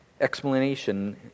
explanation